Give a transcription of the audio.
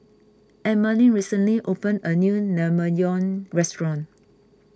Emaline recently opened a new Naengmyeon restaurant